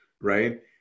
right